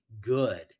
good